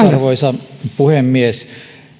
arvoisa puhemies